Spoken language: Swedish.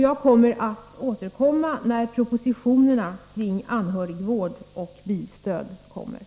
Jag får återkomma när propositionerna om anhörigvård och bilstöd läggs fram.